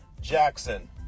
Jackson